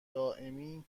دائمی